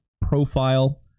profile